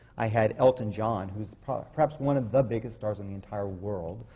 i had elton john, who's perhaps one of the biggest stars in the entire world,